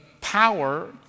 power